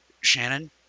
Shannon